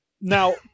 now